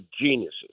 geniuses